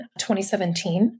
2017